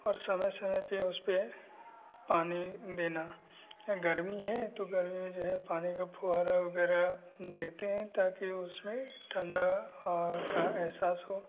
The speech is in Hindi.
और समय समय पर उसपर पानी देना और गर्मी है तो गर्मी में जो है पानी का फ़व्वारा भी दे रहे हैं देते हैं ताकी उसमें ठंड और का अहसास हो